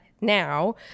now